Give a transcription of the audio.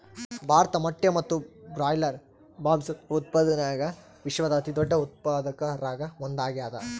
ಭಾರತ ಮೊಟ್ಟೆ ಮತ್ತು ಬ್ರಾಯ್ಲರ್ ಮಾಂಸದ ಉತ್ಪಾದನ್ಯಾಗ ವಿಶ್ವದ ಅತಿದೊಡ್ಡ ಉತ್ಪಾದಕರಾಗ ಒಂದಾಗ್ಯಾದ